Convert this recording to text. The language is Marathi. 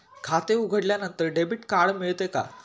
खाते उघडल्यानंतर डेबिट कार्ड मिळते का?